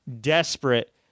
desperate